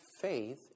faith